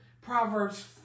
Proverbs